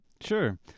Sure